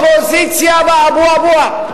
אופוזיציה באבו-אבוה.